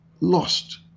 lost